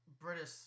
British